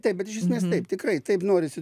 taip bet iš esmės taip tikrai taip norisi